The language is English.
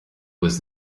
was